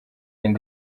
y’iyi